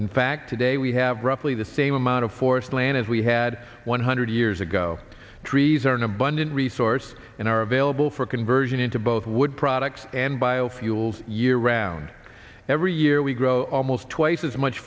in fact today we have roughly the same amount of forest land as we had one hundred years ago trees are an abundant resource and are available for conversion into both wood products and biofuels year round every year we grow almost twice as much